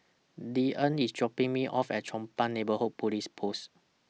Deeann IS dropping Me off At Chong Pang Neighbourhood Police Post